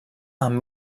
amb